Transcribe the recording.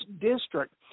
district